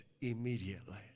immediately